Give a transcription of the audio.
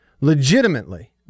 legitimately